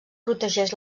protegeix